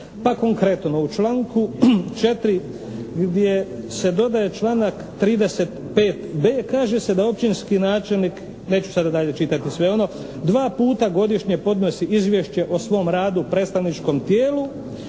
Pa konkretno, u članku 4. gdje se dodaje članak 35.b kaže se da općinski načelnik, neću sada čitati dalje sve ono, dva puta godišnje podnosi izvješće o svom radu predstavničkom tijelu